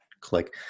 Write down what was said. click